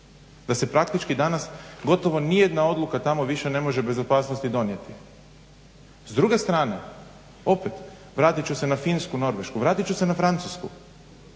da se praktički danas gotovo nijedna odluka tamo više ne može bez opasnosti donijeti. S druge strane opet vratit ću se na Finsku, Norvešku, vratit ću se na Francusku,